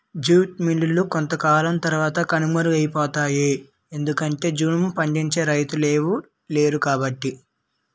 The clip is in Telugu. జూట్ మిల్లులు కొంతకాలం తరవాత కనుమరుగైపోతాయి ఎందుకంటె జనుము పండించే రైతులెవలు లేరుకాబట్టి